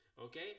okay